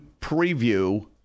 preview